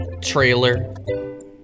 trailer